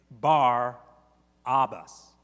Bar-Abbas